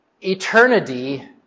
eternity